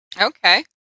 Okay